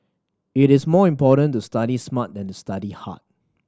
it is more important to study smart than to study hard